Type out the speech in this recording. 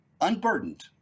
unburdened